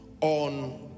on